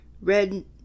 red